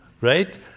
right